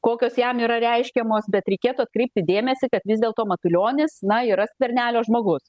kokios jam yra reiškiamos bet reikėtų atkreipti dėmesį kad vis dėlto matulionis na yra skvernelio žmogus